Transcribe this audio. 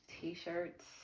T-shirts